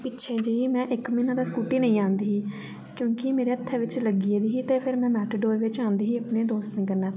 पिच्छे जेही मैं इक म्हीना तां स्कूटी नेईं आंदी ही क्योंकि मेरे हत्थै बिच्च लग्गी गेदी ही ते फेर मैं मेटाडोरै बिच्च आंदी ही अपने दोस्तें कन्नै